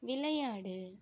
விளையாடு